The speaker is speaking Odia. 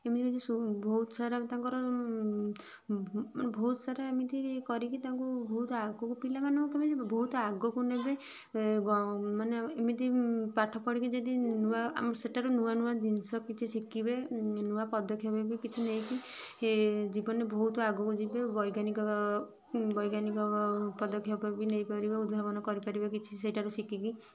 ଏମିତି ଯଦି ସୁ ବହୁତ ସାରା ତାଙ୍କର ମାନେ ବହୁତ ସାରା ଏମିତି କରିକି ତାଙ୍କୁ ବହୁତ ଆଗକୁ ପିଲାମାନଙ୍କୁ କେମିତି ବହୁତ ଆଗକୁ ନେବେ ଗ ମାନେ ଏମିତି ପାଠ ପଢ଼ିକି ଯଦି ନୂଆ ଆମ ସେଠାରୁ ନୂଆ ନୂଆ ଜିନିଷ କିଛି ଶିଖିବେ ନୂଆ ପଦକ୍ଷେପ ବି କିଛି ନେଇକି ଜୀବନରେ ବହୁତ ଆଗକୁ ଯିବେ ବୈଜ୍ଞାନିକ ବୈଜ୍ଞାନିକ ପଦକ୍ଷେପ ବି ନେଇ ପାରିବେ ଉଦ୍ଭାବନ କରିପାରିବେ କିଛି ସେଇଟାରୁ ଶିଖିକି